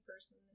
person